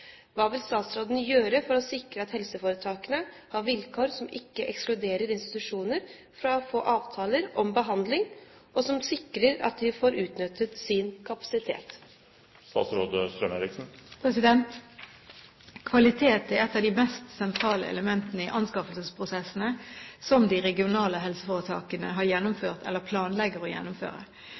Hva vil statsråden gjøre for å sikre at helseforetakene har vilkår som ikke ekskluderer institusjoner fra å få avtaler om behandling, og som sikrer at de får utnyttet sin kapasitet?» Kvalitet er et av de mest sentrale elementene i anskaffelsesprosessene som de regionale helseforetakene har gjennomført eller planlegger å gjennomføre.